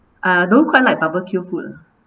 I don't quite like barbecue food